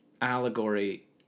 allegory